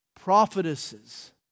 prophetesses